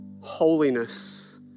Holiness